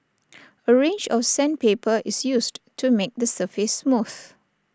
A range of sandpaper is used to make the surface smooth